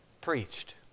preached